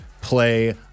play